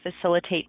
facilitate